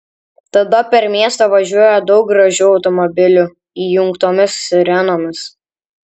tada per miestą važiuoja daug gražių automobilių įjungtomis sirenomis